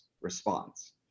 response